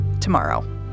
tomorrow